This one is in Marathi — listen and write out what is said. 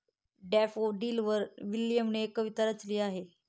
डॅफोडिलवर विल्यमने एक कविता रचली आहे